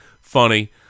funny